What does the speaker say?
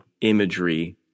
imagery